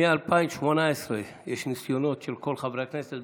מ-2018 יש ניסיונות של כל חברי הכנסת,